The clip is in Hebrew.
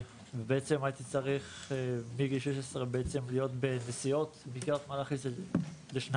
הייתי צריך מגיל 16 להיות בנסיעות מקריית מלאכי לשניידר